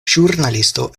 ĵurnalisto